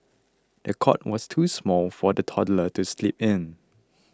the cot was too small for the toddler to sleep in